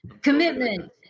commitment